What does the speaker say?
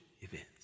events